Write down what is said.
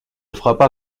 frappa